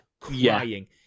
crying